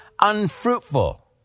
unfruitful